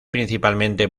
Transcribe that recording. principalmente